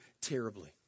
terribly